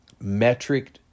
metric